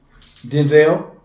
Denzel